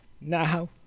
Now